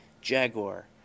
jaguar